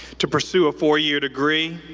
to pursue a four-year degree.